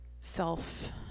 self